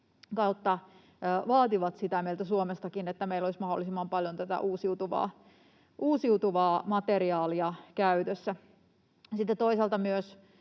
vaaditaan sitä, että meillä olisi mahdollisimman paljon tätä uusiutuvaa materiaalia käytössä. Sitten toisaalta